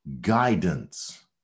guidance